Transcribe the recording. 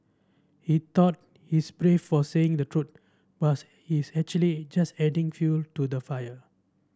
he thought he's brave for saying the truth but he's actually just adding fuel to the fire